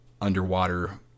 underwater